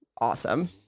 awesome